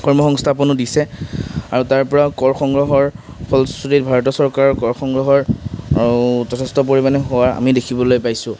কৰ্মসংস্থাপনো দিছে আৰু তাৰপৰা কৰ সংগ্ৰহৰ ফলশ্ৰুতিত ভাৰতৰ চৰকাৰৰ কৰ সংগ্ৰহৰ যথেষ্ট পৰিমাণে হোৱা আমি দেখিবলৈ পাইছোঁ